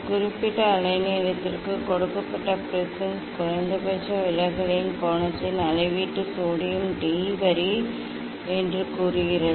ஒரு குறிப்பிட்ட அலைநீளத்திற்கு கொடுக்கப்பட்ட ப்ரிஸின் குறைந்தபட்ச விலகலின் கோணத்தின் அளவீட்டு சோடியம் டி வரி என்று கூறுகிறது